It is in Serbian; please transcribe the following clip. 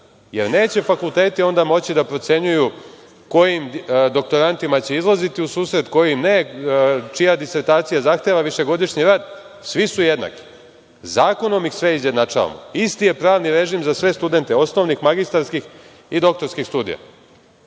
jer neće fakulteti onda moći da procenjuju kojim doktorantima će izlaziti u susret, kojim ne, čija disertacija zahteva višegodišnji rad. Svi su jednaki. Zakonom ih sve izjednačavamo. Isti je pravni režim za sve studente, osnovnih, magistarskih i doktorskih studija. Kod